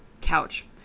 couch